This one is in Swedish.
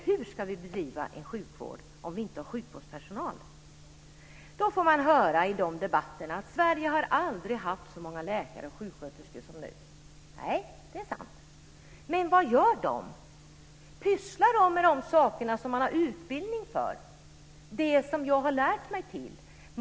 Hur ska vi bedriva en sjukvård om vi inte har sjukvårdspersonal? Man får höra i debatterna att Sverige aldrig har haft så många läkare och sjuksköterskor som nu. Nej, det är sant. Men vad gör de? Pysslar de med de saker de har utbildning för, det som de har lärt sig?